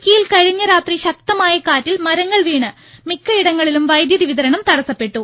ഇടുക്കിയിൽ കഴിഞ്ഞ രാത്രി ശക്തമായ കാറ്റിൽ മരങ്ങൾ വീണ് മിക്കയിടങ്ങളിലും വൈദ്യുതി വിതരണം തടസ്സപ്പെട്ടു